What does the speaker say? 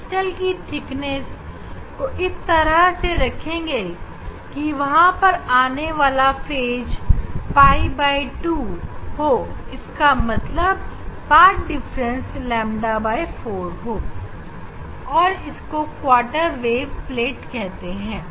crystal की चौड़ाई को इस तरह रखेंगे कि वहां पर आने वाला फेज 𝚷2 हो इसका मतलब पाथ डिफरेंस ƛ4 है और इसको क्वार्टर वेव प्लेट कहते हैं